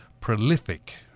Prolific